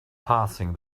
passing